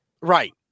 Right